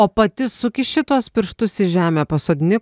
o pati sukiši tuos pirštus į žemę pasodini